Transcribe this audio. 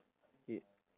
it